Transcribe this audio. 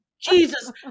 Jesus